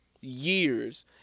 years